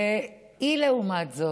והיא, לעומת זאת,